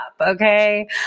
Okay